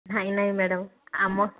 ନାଇଁ ନାଇଁ ମ୍ୟାଡ଼ାମ୍ ଆମ